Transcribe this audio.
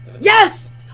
Yes